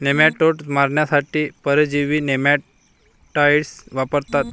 nematodes मारण्यासाठी परजीवी nematicides वापरतात